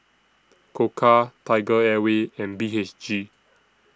Koka TigerAir Way and B H G